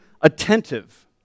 attentive